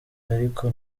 ariko